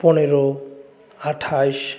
পনেরো আঠাশ